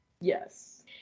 yes